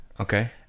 Okay